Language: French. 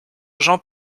jean